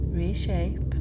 reshape